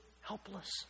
helpless